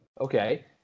Okay